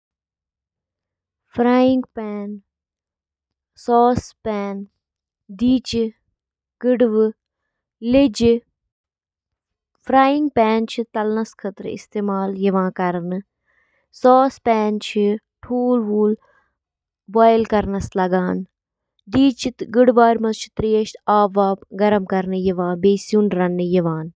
Washing machine چھِ washer کہِ ناوٕ سۭتۍ تہِ زاننہٕ یِوان سۄ مِشیٖن یۄس گنٛدٕ پَلو چھِ واتناوان۔ اَتھ منٛز چھِ اکھ بیرل یَتھ منٛز پلو چھِ تھاونہٕ یِوان۔